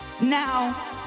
now